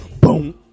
boom